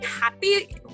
happy